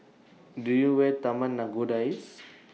Do YOU Where Taman Nakhodas IS